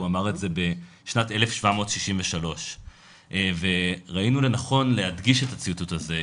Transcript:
והוא אמר את זה בשנת 1763. ראינו לנכון להדגיש את הציטוט הזה,